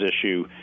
issue